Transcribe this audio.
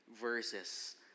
verses